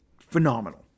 phenomenal